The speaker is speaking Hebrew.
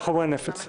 כמה